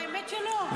האמת שלא.